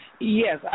Yes